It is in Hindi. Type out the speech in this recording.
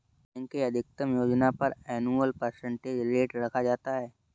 बैंक के अधिकतम योजना पर एनुअल परसेंटेज रेट रखा जाता है